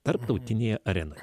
tarptautinėje arenoje